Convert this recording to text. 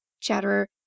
Chatterer